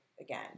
again